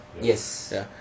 yes